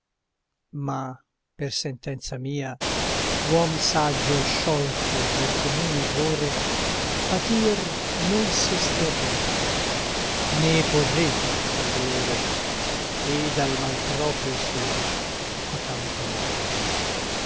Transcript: ma per sentenza mia uom saggio e sciolto dal comune errore patir non sosterria né porrebbe al dolore ed al mal proprio suo cotanto amore